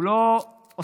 הוא לא עוסק